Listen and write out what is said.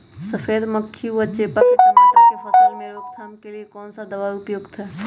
सफेद मक्खी व चेपा की टमाटर की फसल में रोकथाम के लिए कौन सा दवा उपयुक्त है?